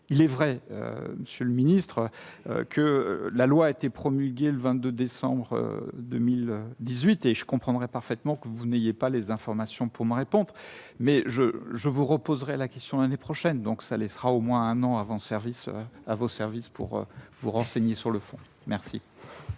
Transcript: il est vrai, monsieur le ministre, que la loi a été promulguée le 22 décembre 2018 et je comprendrais parfaitement que vous n'ayez pas les informations pour ma réponse mais je, je vous reposerai la question l'année prochaine, donc ça les fera au moins un an avant, service à vos services pour vous renseigner sur le fond, merci.